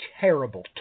terrible